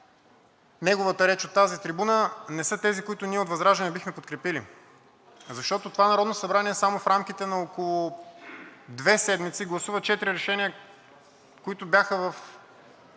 неговата реч от тази трибуна, не са тези, които ние от ВЪЗРАЖДАНЕ бихме подкрепили, защото това Народно събрание само в рамките на около две седмици гласува четири решения, които бяха в